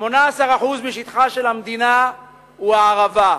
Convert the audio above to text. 18% משטחה של המדינה הוא הערבה,